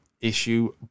issue